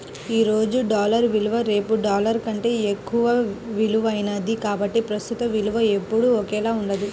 ఈ రోజు డాలర్ విలువ రేపు డాలర్ కంటే ఎక్కువ విలువైనది కాబట్టి ప్రస్తుత విలువ ఎప్పుడూ ఒకేలా ఉండదు